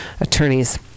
attorneys